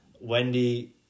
Wendy